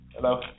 Hello